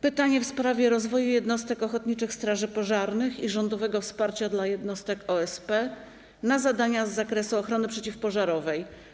Pytanie jest w sprawie rozwoju jednostek ochotniczych straży pożarnych i rządowego wsparcia dla jednostek OSP na zadania z zakresu ochrony przeciwpożarowej.